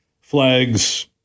flags